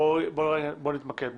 חברת הכנסת שיר, בואי נתמקד.